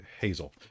Hazel